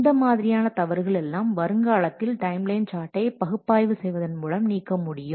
இந்த மாதிரியான தவறுகள் எல்லாம் வருங்காலத்தில் டைம் லைன் சார்ட்டை பகுப்பாய்வு செய்வதன் மூலம் நீக்க முடியும்